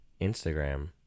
Instagram